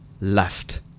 Left